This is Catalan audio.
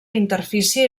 interfície